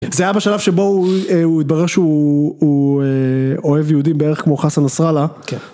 זה היה בשלב שבו הוא התברר שהוא אוהב יהודים בערך כמו חסן נסראללה.